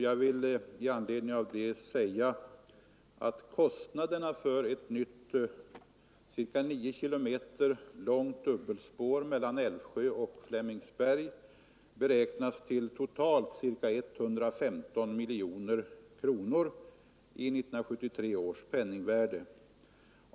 Jag vill svara att kostnaderna för ett nytt ca 9 km långt dubbelspår mellan Älvsjö och Flemingsberg beräknas till totalt omkring 115 miljoner kronor i 1973 års penningvärde.